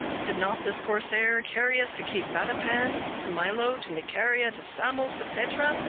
did not this corsair carry us to cape matapan, to milo, to nicaria, to samos, to petra,